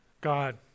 God